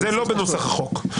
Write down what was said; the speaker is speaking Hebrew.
זה לא בנוסח החוק.